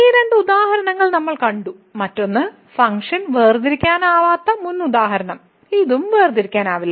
ഈ രണ്ട് ഉദാഹരണങ്ങൾ നമ്മൾ കണ്ടു മറ്റൊന്ന് ഫംഗ്ഷൻ വേർതിരിക്കാനാവാത്ത മുൻ ഉദാഹരണം ഇതും വേർതിരിക്കാനാവില്ല